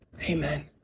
Amen